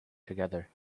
together